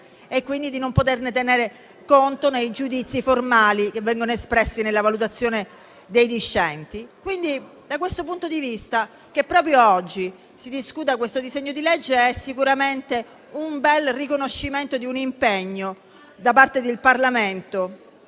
quindi senza poterne tenere conto nei giudizi formali che vengono espressi nella valutazione dei discenti. Da questo punto di vista, che proprio oggi si discuta questo disegno di legge è sicuramente testimonianza dell'impegno da parte del Parlamento